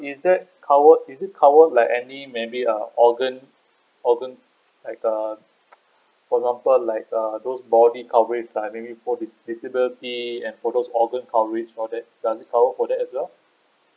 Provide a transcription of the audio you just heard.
is that covered is it covered like any maybe uh organ organ like err for example like err those body coverage like maybe for disability and for those organ coverage all that does it cover for that as well